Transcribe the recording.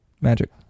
magic